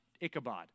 Ichabod